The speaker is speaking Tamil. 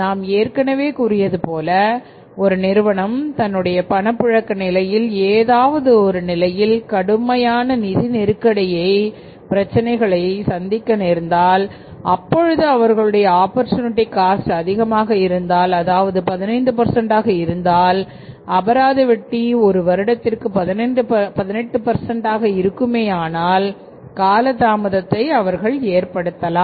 நான் ஏற்கனவே கூறியது போல ஒரு நிறுவனம் தன்னுடைய பணப்புழக்க நிலையில் ஏதாவது ஒரு நிலைமையில் கடுமையான நிதி நெருக்கடியை பிரச்சனைகளை சந்திக்க நேர்ந்தால் அப்பொழுது அவர்களுடைய ஆப்பர்சூனிட்டி காஸ்ட் அதிகமாக இருந்தால் அதாவது 15 ஆக இருந்தால் அபராத வட்டி ஒரு வருடத்திற்கு 18 ஆக இருக்குமேயானால் காலதாமதத்தை அவர்கள் ஏற்படுத்தலாம்